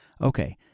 Okay